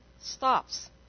stops